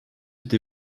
cette